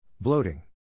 bloating